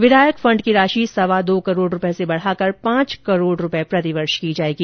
विधायक फंड की राशि सवा दो करोड़ से बढ़ाकर पांच करोड़ प्रतिवर्ष की जाएगी